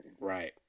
Right